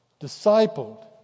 discipled